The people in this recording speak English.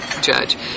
judge